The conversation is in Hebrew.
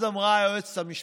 אז היועצת המשפטית,